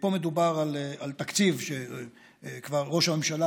פה מדובר על תקציב שראש הממשלה